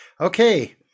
Okay